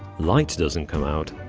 light doesn't come out,